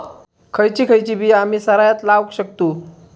खयची खयची बिया आम्ही सरायत लावक शकतु?